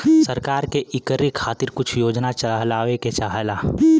सरकार के इकरे खातिर कुछ योजना चलावे के चाहेला